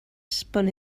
spun